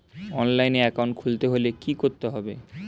অনলাইনে একাউন্ট খুলতে হলে কি করতে হবে?